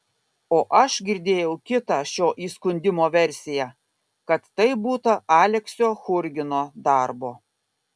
o aš girdėjau kitą šio įskundimo versiją kad tai būta aleksio churgino darbo